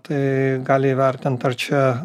tai gali įvertint ar čia